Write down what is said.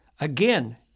again